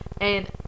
and-